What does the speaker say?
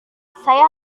saya